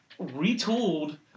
retooled